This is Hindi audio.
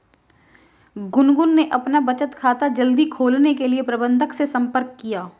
गुनगुन ने अपना बचत खाता जल्दी खोलने के लिए प्रबंधक से संपर्क किया